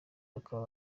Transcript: bakaba